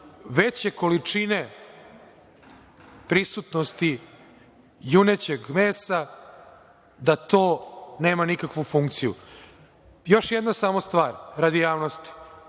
veće količine prisutnosti junećeg mesa, da to nema nikakvu funkciju. Još jedna samo stvar, radi javnosti,